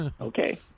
Okay